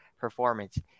performance